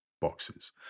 boxes